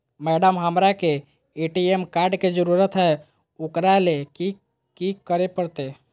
Madam, हमरा के ATM card के जरूरत है ऊकरा ले की की करे परते?